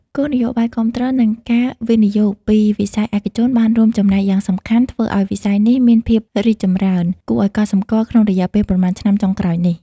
គោលនយោបាយគាំទ្រ និងការវិនិយោគពីវិស័យឯកជនបានរួមចំណែកយ៉ាងសំខាន់ ធ្វើឱ្យវិស័យនេះមានភាពរីកចម្រើនគួរឱ្យកត់សម្គាល់ក្នុងរយៈពេលប៉ុន្មានឆ្នាំចុងក្រោយនេះ។